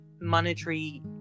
monetary